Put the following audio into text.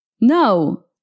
No